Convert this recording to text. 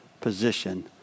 position